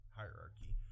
hierarchy